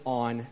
on